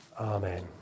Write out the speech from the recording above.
Amen